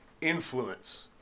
influence